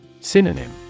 Synonym